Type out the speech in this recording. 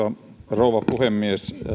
rouva puhemies